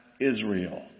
Israel